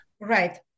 right